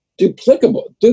duplicable